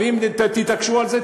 ואם תתעקשו על זה,